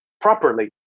properly